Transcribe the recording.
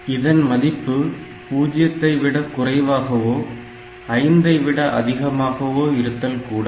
இதன் மதிப்பு 0 வை விட குறைவாகவோ 5 ஐ விட அதிகமாகவோ இருத்தல் கூடாது